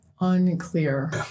Unclear